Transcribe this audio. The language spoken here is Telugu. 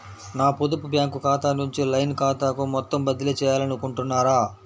నా పొదుపు బ్యాంకు ఖాతా నుంచి లైన్ ఖాతాకు మొత్తం బదిలీ చేయాలనుకుంటున్నారా?